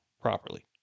properly